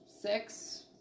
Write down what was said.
six